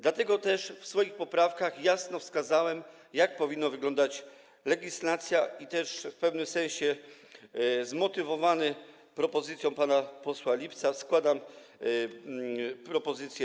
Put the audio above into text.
Dlatego też w swoich poprawkach jasno wskazałem, jak powinna wyglądać legislacja, i w pewnym sensie zmotywowany propozycją pana posła Lipca składam swoją propozycję.